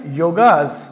yoga's